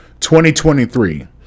2023